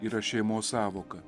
yra šeimos sąvoka